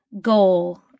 goal